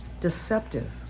deceptive